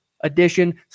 edition